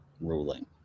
ruling